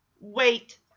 Wait